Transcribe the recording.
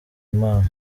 impano